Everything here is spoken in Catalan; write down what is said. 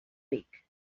vic